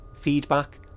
Feedback